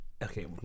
Okay